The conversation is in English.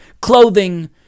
Clothing